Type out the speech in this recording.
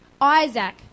Isaac